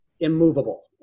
immovable